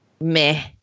meh